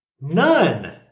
None